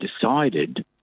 decided